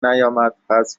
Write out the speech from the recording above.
نیامد، حذف